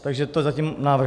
Takže tolik zatím návrh.